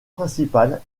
principal